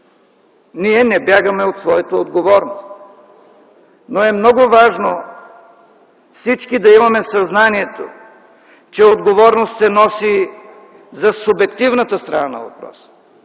Ние не бягаме от своята отговорност, но е много важно всички да имаме съзнанието, че отговорност се носи за субективната страна на въпроса.